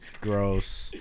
Gross